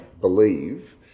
believe